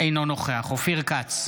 אינו נוכח אופיר כץ,